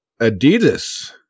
Adidas